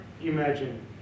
imagine